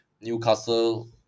Newcastle